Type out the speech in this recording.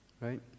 right